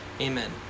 Amen